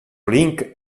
link